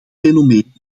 fenomeen